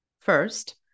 First